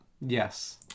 Yes